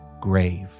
grave